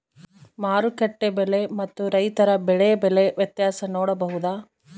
ಮಾರುಕಟ್ಟೆ ಬೆಲೆ ಮತ್ತು ರೈತರ ಬೆಳೆ ಬೆಲೆ ವ್ಯತ್ಯಾಸ ನೋಡಬಹುದಾ?